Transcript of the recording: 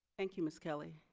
thank you ms kelly.